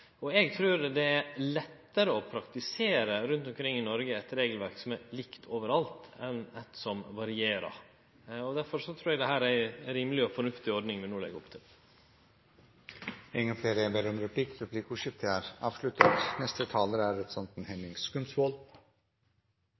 forhold. Eg trur det er lettare å praktisere eit regelverk som er likt overalt rundt omkring i Noreg, enn eit som varierer. Derfor trur eg det er ei rimeleg og fornuftig ordning vi no legg opp til. Replikkordskiftet er